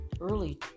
early